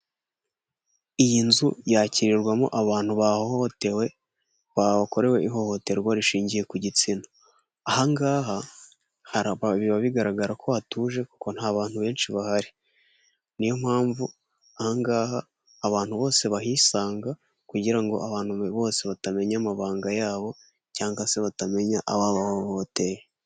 Iyi nzu irakirirwamo abantu bahohotewe bakorewe ihohoterwa rishingiye ku gitsina, aha ngaha biba bigaragara ko hatuje kuko ntabantu benshi bahari niyo mpamvu aha ngaha abantu bose bahisanga kugira ngo abantu bose batamenya amabanga yabo cyangwa se batamenya ababahohoteye.